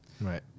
Right